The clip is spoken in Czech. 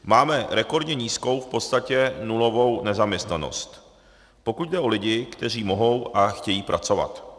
Máme rekordně nízkou, v podstatě nulovou nezaměstnanost, pokud jde o lidi, kteří mohou a chtějí pracovat.